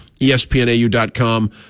ESPNAU.com